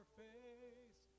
face